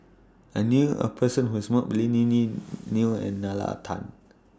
I knew A Person Who has Met Both Lily Neo and Nalla Tan